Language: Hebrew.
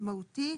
מהותי.